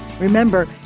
Remember